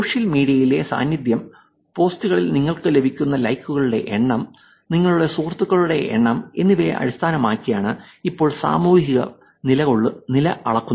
social മീഡിയയിലെ സാന്നിധ്യം പോസ്റ്റുകളിൽ നിങ്ങൾക്ക് ലഭിക്കുന്ന ലൈക്കുകളുടെ എണ്ണം നിങ്ങളുടെ സുഹൃത്തുക്കളുടെ എണ്ണം എന്നിവയെ അടിസ്ഥാനമാക്കിയാണ് ഇപ്പോൾ സാമൂഹിക നില അളക്കുന്നത്